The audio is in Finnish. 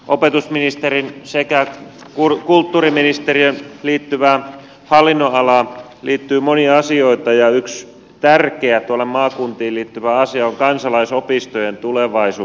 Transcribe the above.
opetusministeriöön sekä kulttuuriministeriöön liittyvään hallinnonalaan liittyy monia asioita ja yksi tärkeä tuonne maakuntiin liittyvä asia on kansalaisopistojen tulevaisuus